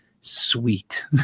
sweet